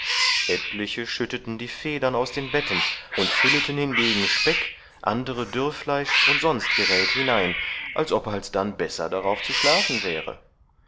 etliche schütteten die federn aus den betten und fülleten hingegen speck andere dürrfleisch und sonst gerät hinein als ob alsdann besser darauf zu schlafen wäre